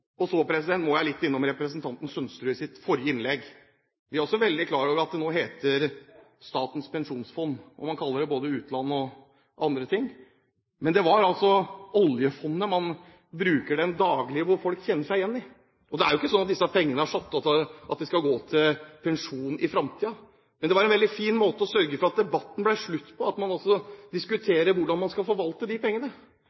motorvei. Så må jeg litt innom representanten Sønsteruds innlegg i forrige sak. Vi er også veldig klar over at det nå heter Statens pensjonsfond – og man kaller det både utland og andre ting. Men det er altså «oljefondet» man bruker til daglig, og som folk kjenner seg igjen i. Det er ikke sånn at disse pengene er satt av til pensjon i fremtiden. Men det var en veldig fin måte å sørge for at det ble slutt på at man